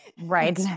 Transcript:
Right